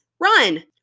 run